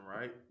right